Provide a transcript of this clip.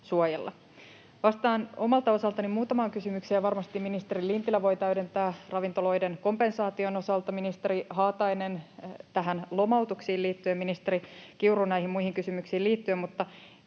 Vastaan omalta osaltani muutamaan kysymykseen, ja varmasti ministeri Lintilä voi täydentää ravintoloiden kompensaation osalta, ministeri Haatainen lomautuksiin liittyen ja ministeri Kiuru näihin muihin kysymyksiin liittyen.